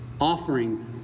offering